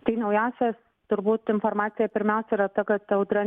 tai naujausia turbūt informacija pirmiausia yra ta kad audra